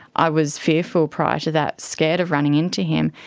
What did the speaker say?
i was fearful prior to that, scared of running into him,